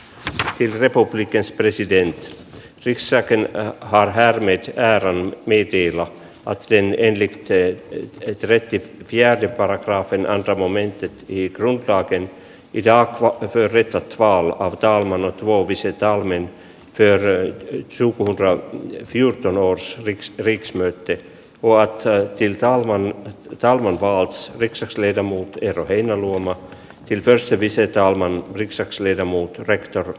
virpopickens president kissakin harhemmi tytär on niin kiivas te ehditte löytöretki jääty paragrafien alta momentti kiiruhtaakin jaakko pyörität vaan pitää mölyt muoviset almin pyöreä luku brad sil pro on swix riksmötet oaksen till talman salmentaan swix ex liiga muuttuu eero heinäluoma kirpeys selvisi että alman kypsäksi vedä muukin rehtori